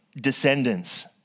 descendants